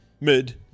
Mid